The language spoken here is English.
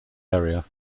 area